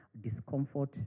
Discomfort